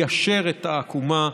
ליישר את העקומה,